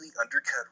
undercut